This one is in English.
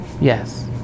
Yes